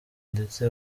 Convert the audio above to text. ndetse